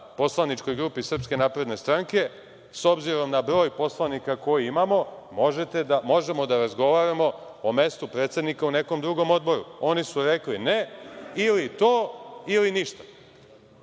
poslaničkoj grupi SNS. S obzirom na broj poslanika koji imamo, možemo da razgovaramo o mestu predsednika u nekom drugom odboru. Oni su rekli – ne, ili to ili ništa.